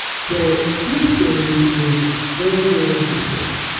so, fifth stage is a further descent.